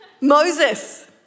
Moses